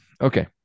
Okay